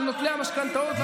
שמקשה על נוטלי המשכנתאות,